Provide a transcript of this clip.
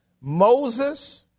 Moses